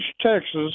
Texas